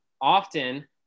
often